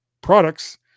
products